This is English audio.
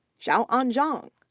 xiaoan zhang,